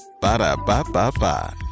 Ba-da-ba-ba-ba